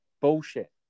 bullshit